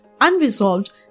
unresolved